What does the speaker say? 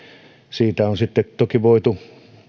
siitä on sitten toki voitu